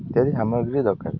ସାମଗ୍ରୀ ଦରକାର